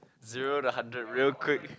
zero to hundred real quick